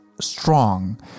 strong